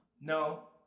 No